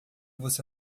você